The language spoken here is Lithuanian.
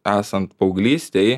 esant paauglystei